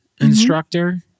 instructor